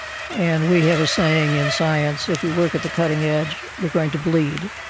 and we have a saying in science, if you work at the cutting edge you are going to bleed.